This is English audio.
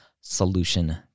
solution